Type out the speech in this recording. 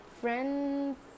friends